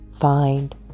find